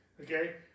Okay